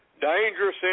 dangerous